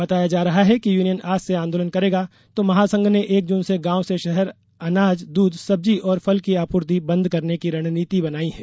बताया जा रहा है कि यूनियन आज से आंदोलन करेगा तो महासंघ ने एक जून से गांव से शहर अनाज दूध सब्जी और फल की आपूर्ति बंद करने की रणनीति बनाई है